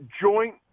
joint